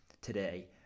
today